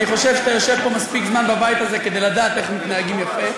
ואני חושב שאתה יושב פה מספיק זמן בבית הזה כדי לדעת איך מתנהגים יפה,